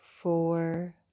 four